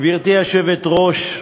גברתי היושבת-ראש,